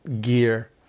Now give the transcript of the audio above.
gear